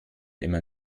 immer